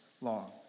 long